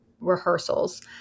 rehearsals